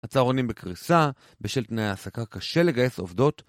הצהרונים בקריסה. בשל תנאי העסקה קשה לגייס עובדות